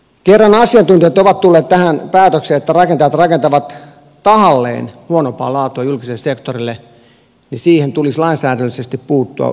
kerran asiantuntijat ovat tulleet tähän päätökseen että rakentajat rakentavat tahalleen huonompaa laatua julkiselle sektorille niin siihen tulisi lainsäädännöllisesti puuttua hyvin voimakkaasti